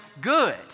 good